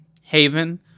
haven